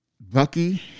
Bucky